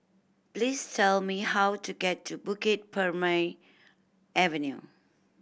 please tell me how to get to Bukit Purmei Avenue